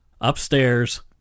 upstairs